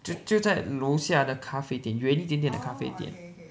就就在楼下的咖啡店远一点点的咖啡店